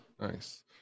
nice